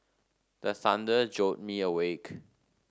the thunder jolt me awake